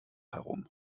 herum